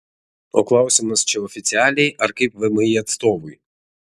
o klausimas čia oficialiai ar kaip vmi atstovui